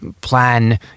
plan